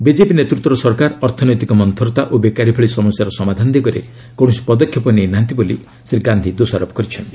BJP ନେତୃତ୍ୱର ସରକାର ଅର୍ଥନୈତିକ ମନ୍ତୁରତା ଓ ବେକାରୀ ଭଳି ସମସ୍ୟାର ସମାଧାନ ଦିଗରେ କୌଣସି ପଦକ୍ଷେପ ନେଇନାହାନ୍ତି ବୋଲି ଶ୍ରୀ ଗାନ୍ଧି ଦୋଷାରୋପ କରିଛନ୍ତି